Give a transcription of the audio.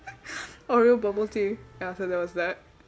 oreo bubble tea ya so that was that